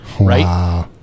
right